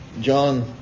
John